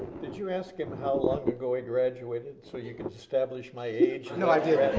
did you ask him how long ago he graduated so you could establish my age? no,